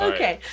Okay